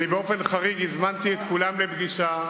אני באופן חריג הזמנתי את כולם לפגישה,